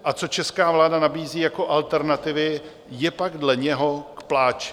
A co česká vláda nabízí jako alternativy, je pak dle něho k pláči.